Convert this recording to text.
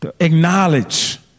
acknowledge